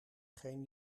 geen